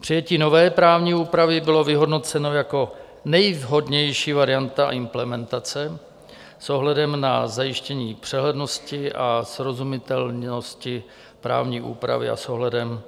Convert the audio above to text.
Přijetí nové právní úpravy bylo vyhodnoceno jako nejvhodnější varianta implementace s ohledem na zajištění přehlednosti a srozumitelnosti právní úpravy a s ohledem